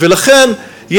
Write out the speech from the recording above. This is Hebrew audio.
ולכן,